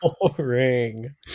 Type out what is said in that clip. Boring